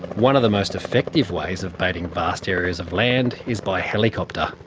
one of the most effective ways of baiting vast areas of land is by helicopter.